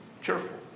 cheerful